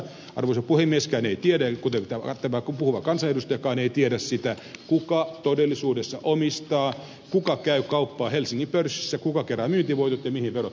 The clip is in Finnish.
arvoisa puhemieskään ei tiedä kuten tämä puhuva kansanedustajakaan ei tiedä sitä kuka todellisuudessa omistaa kuka käy kauppaa helsingin pörssissä kuka kerää myyntivoitot ja mihin verot maksetaan